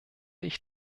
ich